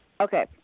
okay